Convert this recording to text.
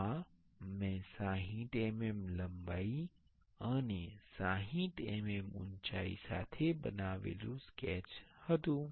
આ મેં 60 mm લંબાઈ અને 60 mm ઉંચાઇ સાથે બનાવેલું સ્કેચ હતું